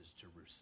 Jerusalem